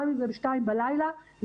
גם אם זה בשעה 2:00 בלילה ואנחנו יודעים